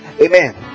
amen